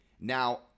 Now